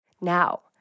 Now